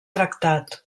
tractat